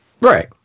Right